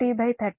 25 5030 10112